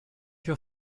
your